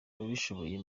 ababishoboye